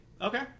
Okay